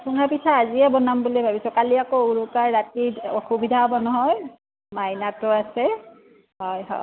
চুঙা পিঠা আজিয়ে বনাম বুলি ভাবিছোঁ কালি আকৌ উৰুকাৰ ৰাতি অসুবিধা হ'ব নহয় মাইনাটো আছে হয় হয়